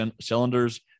cylinders